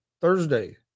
Thursday